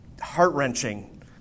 heart-wrenching